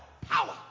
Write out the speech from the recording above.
power